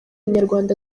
inyarwanda